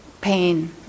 pain